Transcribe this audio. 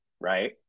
right